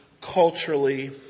culturally